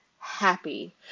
Happy